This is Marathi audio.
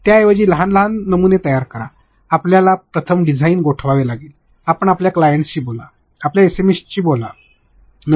त्याऐवजी लहान लहान नमुने तयार करा कारण आपल्याला प्रथम डिझाइन गोठवावे लागेल आपण आपल्या क्लायंटशी बोलता आपल्या एसएमईच्याशी बोलता